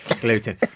Gluten